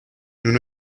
nous